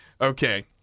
Okay